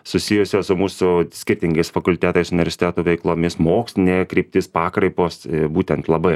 susijusios su mūsų skirtingais fakultetais universiteto veiklomis mokslinė kryptis pakraipos būtent labai